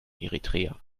eritrea